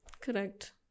correct